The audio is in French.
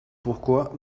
pourquoi